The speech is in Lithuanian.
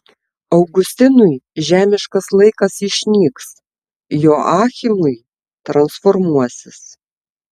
augustinui žemiškas laikas išnyks joachimui transformuosis